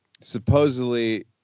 supposedly